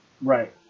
Right